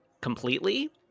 completely